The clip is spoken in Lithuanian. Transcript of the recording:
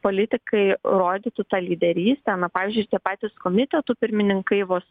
politikai rodytų tą lyderystę na pavyzdžiui ir tie patys komitetų pirmininkai vos